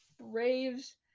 braves